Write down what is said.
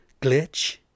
glitch